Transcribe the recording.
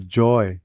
joy